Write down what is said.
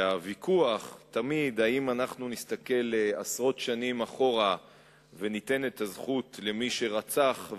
ותמיד הוויכוח הוא אם נסתכל עשרות שנים אחורה וניתן את הזכות למי שרצח,